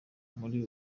muri